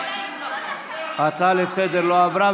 ההצעה לסדר-היום לא עברה,